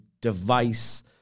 device